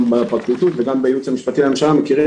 גם בפרקליטות וגם בייעוץ המשפטי לממשלה מכירים